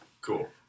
Cool